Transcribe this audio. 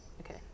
okay